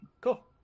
Cool